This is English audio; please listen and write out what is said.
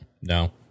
No